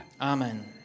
Amen